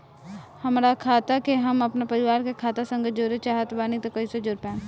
हमार खाता के हम अपना परिवार के खाता संगे जोड़े चाहत बानी त कईसे जोड़ पाएम?